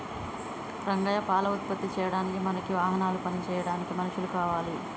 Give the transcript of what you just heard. రంగయ్య పాల ఉత్పత్తి చేయడానికి మనకి వాహనాలు పని చేయడానికి మనుషులు కావాలి